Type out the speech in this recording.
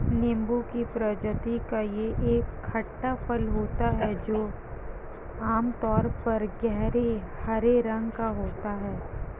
नींबू की प्रजाति का यह एक खट्टा फल होता है जो आमतौर पर गहरे हरे रंग का होता है